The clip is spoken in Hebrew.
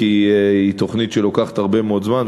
כי היא תוכנית שאורכת הרבה מאוד זמן,